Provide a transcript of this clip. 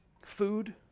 Food